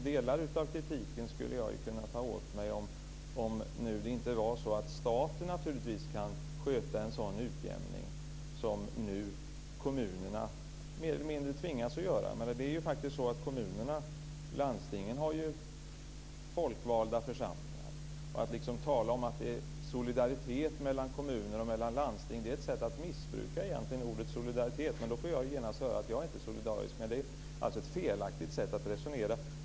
Delar av kritiken skulle jag kunna ta åt mig om det inte vore så att staten naturligtvis kan sköta en sådan utjämning som nu kommunerna mer eller mindre tvingas att göra. Det är ju faktiskt så att kommuner och landsting har folkvalda församlingar. Att tala om att det är solidaritet mellan kommuner och mellan landsting är egentligen ett sätt att missbruka ordet solidaritet. Då får jag genast höra att jag inte är solidarisk. Men det är ett felaktigt sätt att resonera.